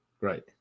Right